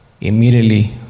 immediately